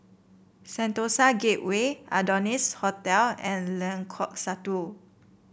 Sentosa Gateway Adonis Hotel and Lengkok Satu